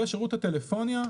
שירות הטלפוניה,